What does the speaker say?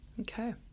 Okay